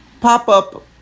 pop-up